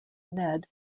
ned